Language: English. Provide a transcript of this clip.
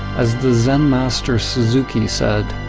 as the zen master suzuki said,